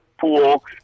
pool